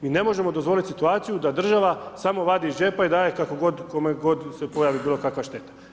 Mi ne možemo dozvoliti situaciju da država samo vadi iz džepa i daje kako god kome god se pojavi bilo koja šteta.